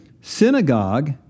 Synagogue